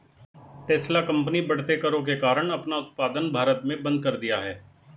Tesla company बढ़ते करों के कारण अपना उत्पादन भारत में बंद कर दिया हैं